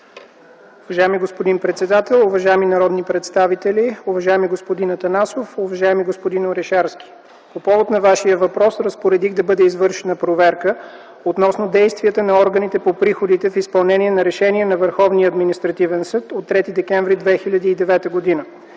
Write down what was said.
Уважаеми господин председател, уважаеми народни представители, уважаеми господин Атанасов, уважаеми господин Орешарски! По повод на Вашия въпрос разпоредих да бъде извършена проверка относно действията на органите по приходите в изпълнение на решение на Върховния административен